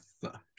suck